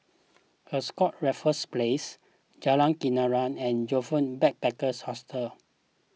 Ascott Raffles Place Jalan Kenarah and Joyfor Backpackers' Hostel